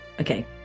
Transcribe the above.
Okay